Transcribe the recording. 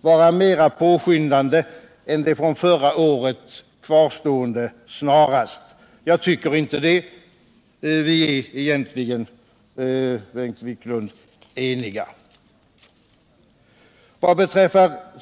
vara mer påskyndande än det från förra året kvarstående ”snarast”? Jag tycker inte det. Vi är egentligen eniga, Bengt Wiklund.